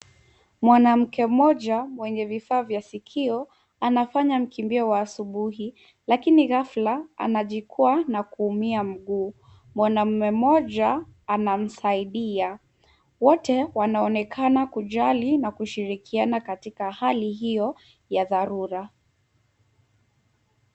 Mwanamke mmoja mwenye vifaa vya sikio anafanya mkimbio wa asubuhi lakini ghafla anajikwa na kuumia mguu, mwanamume mmoja anamsaidia wote wanaonekana kujali na kushirikiana katika hali hiyo ya dharura.